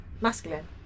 masculine